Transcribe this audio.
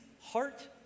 heart